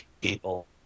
people